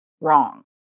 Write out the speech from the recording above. wrong